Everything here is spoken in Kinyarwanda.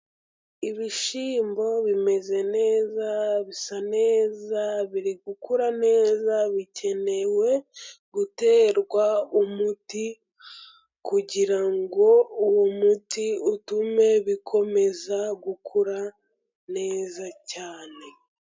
Ibishyimbo bimeze neza, bisa neza biri gukura neza, bikeneye guterwa umuti kugira ngo uwo muti utume bikomeza gukura neza cyane.